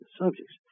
subjects